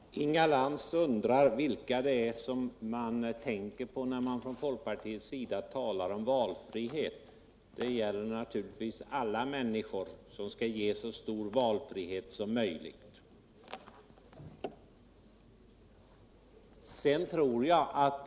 Herr talman! Inga Lantz undrar vilka det är som vi tänker på när vi från folkpartiets sida talar om valfrihet. Det är naturligtvis alla människor som skall ges så stor valfrihet som möjligt.